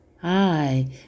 Hi